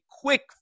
quick